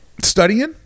Studying